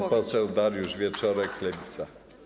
Pan poseł Dariusz Wieczorek, Lewica.